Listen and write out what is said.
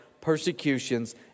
persecutions